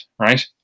right